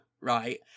right